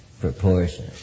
proportion